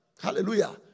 Hallelujah